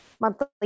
monthly